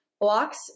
blocks